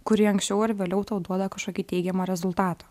kuri anksčiau ar vėliau tau duoda kažkokį teigiamą rezultatą